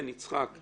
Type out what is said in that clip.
כן, יצחק.